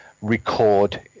record